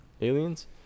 Aliens